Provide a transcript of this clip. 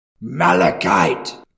Malachite